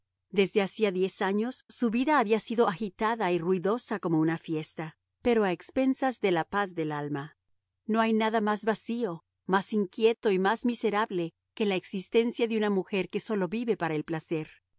desde hacía diez años su vida había sido agitada y ruidosa como una fiesta pero a expensas de la paz del alma no hay nada más vacío más inquieto y más miserable que la existencia de una mujer que sólo vive para el placer